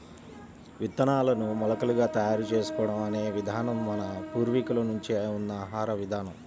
విత్తనాలను మొలకలుగా తయారు చేసుకోవడం అనే విధానం మన పూర్వీకుల నుంచే ఉన్న ఆహార విధానం